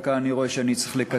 וכאן אני רואה שאני צריך לקצר.